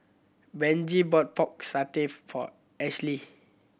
Benji bought Pork Satay for Ashlea